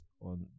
on